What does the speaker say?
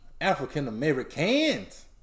African-Americans